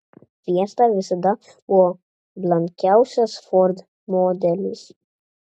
fiesta visada buvo blankiausias ford modelis